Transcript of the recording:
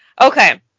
okay